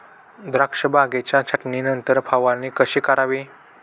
द्राक्ष बागेच्या छाटणीनंतर फवारणी कशी करावी?